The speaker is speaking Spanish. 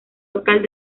local